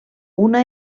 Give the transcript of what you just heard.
una